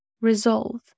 Resolve